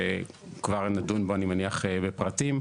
שכבר נדון בו אני מניח לפרטים,